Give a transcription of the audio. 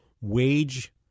wage